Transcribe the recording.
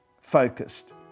focused